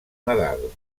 nadal